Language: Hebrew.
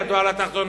ידו על התחתונה,